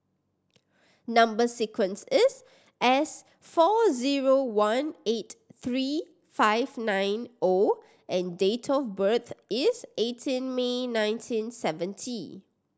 number sequence is S four zero one eight three five nine O and date of birth is eighteen May nineteen seventy